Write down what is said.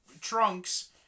trunks